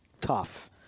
tough